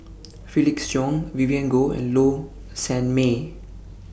Felix Cheong Vivien Goh and Low Sanmay